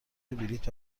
بلیت